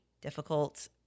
difficult